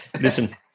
Listen